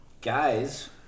Guys